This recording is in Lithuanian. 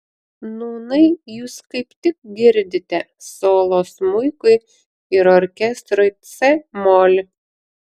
nūnai jūs kaip tik girdite solo smuikui ir orkestrui c mol